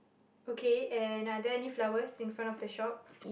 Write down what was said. okay and are there any flowers in front of the shop